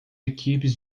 equipes